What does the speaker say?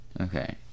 Okay